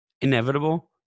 inevitable